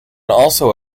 also